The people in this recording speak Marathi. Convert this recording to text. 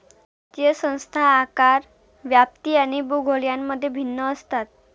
वित्तीय संस्था आकार, व्याप्ती आणि भूगोल यांमध्ये भिन्न असतात